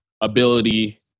ability